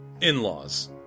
in-laws